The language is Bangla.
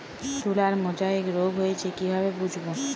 তুলার মোজাইক রোগ হয়েছে কিভাবে বুঝবো?